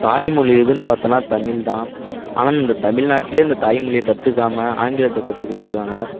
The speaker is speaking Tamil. தாய்மொழி எதுன்னு பார்த்தோன்னா தமிழ் தான் ஆனால் இந்த தமிழ்நாட்டுலேயே இந்த தாய்மொழியை கற்றுக்காம ஆங்கிலத்தை கற்றுக்கிட்டு இருக்காங்க